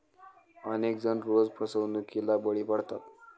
अनेक जण रोज फसवणुकीला बळी पडतात